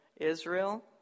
Israel